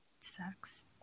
Sucks